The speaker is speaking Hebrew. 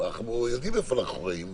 אנחנו יודעים איפה אנחנו חיים,